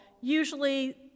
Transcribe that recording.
Usually